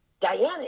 Diana